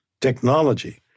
technology